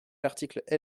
l’article